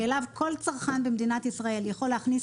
שאליו כל צרכן במדינת ישראל יכול להכניס